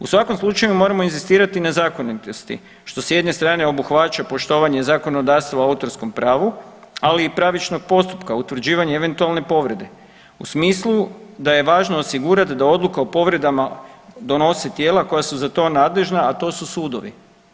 U svakom slučaju moramo inzistirati na zakonitosti što s jedne strane obuhvaća poštovanje zakonodavstva o autorskom pravu, ali i pravičnog postupka utvrđivanja eventualne povrede u smislu da je važno osigurati da odluke o povredama donose tijela koja su za to nadležna, a to su sudovi.